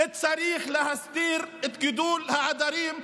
צריך להסדיר את גידול העדרים,